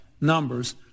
numbers